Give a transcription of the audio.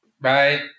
Bye